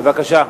בבקשה.